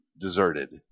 deserted